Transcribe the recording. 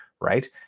right